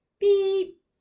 Beep